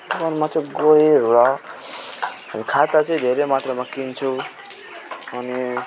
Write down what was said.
दोकानमा चाहिँ गएर खाता चाहिँ धेरै मात्रामा किन्छौँ अनि